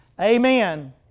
Amen